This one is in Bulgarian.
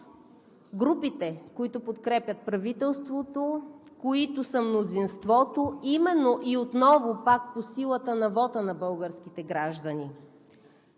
групите, които подкрепят правителството, които са мнозинството, именно и отново пак по силата на вота на българските граждани.